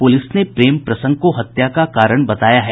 police ने प्रेम प्रसंग को हत्या का कारण बताया है